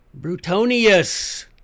Brutonius